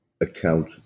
account